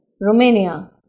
Romania